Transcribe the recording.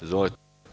Izvolite.